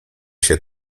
się